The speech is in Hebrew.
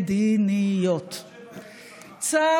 ארדן, השר